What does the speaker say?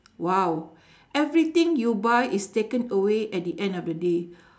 !wow! everything you buy is taken away at the end of the day